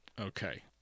okay